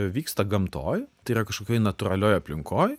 vyksta gamtoj tai yra kažkokioj natūralioj aplinkoj